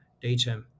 data